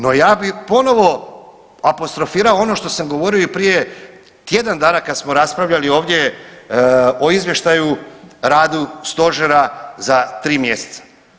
No, ja bi ponovo apostrofirao ono što sam govorio i prije tjedan dana kad smo raspravljali ovdje o izvještaju radu stožera za 3 mjeseca.